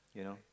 you know